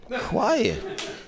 Quiet